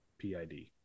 PID